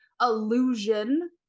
illusion